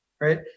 right